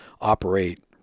operate